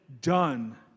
done